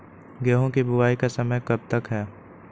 गेंहू की बुवाई का समय कब तक है?